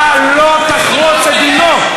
אתה לא תחרוץ את דינו.